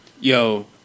Yo